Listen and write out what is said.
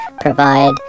provide